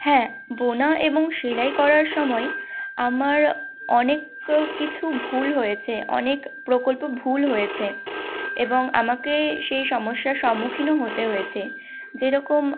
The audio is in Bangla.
হ্যাঁ বোনা এবং সেলাই করার সময় আমার অনেক কিছু ভুল হয়েছে অনেক প্রকল্প ভুল হয়েছে এবং আমাকে সেই সমস্যার সম্মুখীনও হতে হয়েছে যেরকম